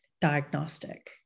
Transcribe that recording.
diagnostic